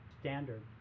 standard